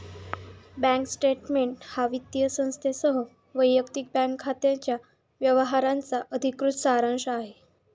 bank statement हा वित्तीय संस्थेसह वैयक्तिक बँक खात्याच्या व्यवहारांचा अधिकृत सारांश आहे